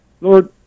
Lord